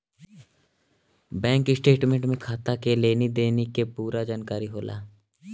bank statement में खाता के लेनी देनी के पूरा जानकारी होला